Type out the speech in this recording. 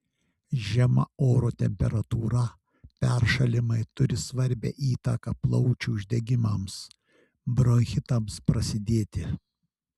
žema oro temperatūra peršalimai turi svarbią įtaką plaučių uždegimams bronchitams prasidėti